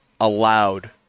allowed